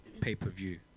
Pay-per-view